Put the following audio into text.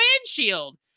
windshield